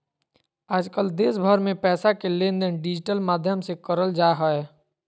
आजकल देश भर मे पैसा के लेनदेन डिजिटल माध्यम से करल जा हय